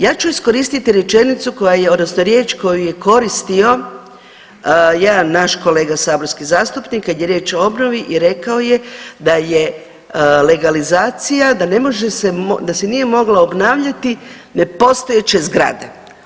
Ja ću iskoristit rečenicu koja je odnosno riječ koju je koristio jedan naš kolega saborski zastupnik kad je riječ o obnovi i rekao je da je legalizacija da ne može se, da se nije mogla obnavljati nepostojeće zgrade.